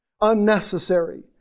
unnecessary